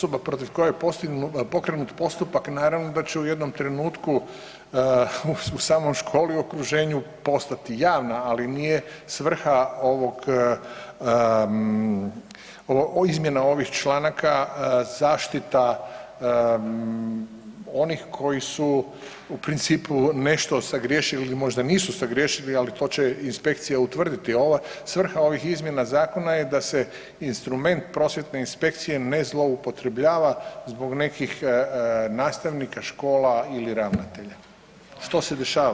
Osoba protiv koje je pokrenut postupak naravno da će u jednom trenutku u samoj školu i okruženju postati javna, ali nije svrha ovog izmjene ovih članaka zaštita onih koji su u principu nešto sagriješili ili možda nisu sagriješili, ali to će inspekcija utvrditi, a ova svrha ovih izmjena zakona je da se instrument prosvjetne inspekcije ne zloupotrebljava zbog nekih nastavnika, škola ili ravnatelja, što se dešavalo često.